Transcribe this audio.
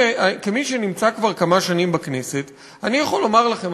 כמי שנמצא כבר כמה שנים בכנסת אני יכול לומר לכם,